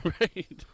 Right